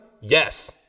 Yes